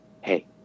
Hey